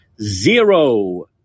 zero